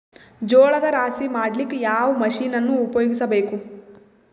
ಜೋಳದ ರಾಶಿ ಮಾಡ್ಲಿಕ್ಕ ಯಾವ ಮಷೀನನ್ನು ಉಪಯೋಗಿಸಬೇಕು?